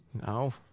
No